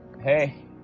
Hey